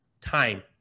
time